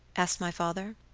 asked my father.